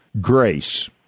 Grace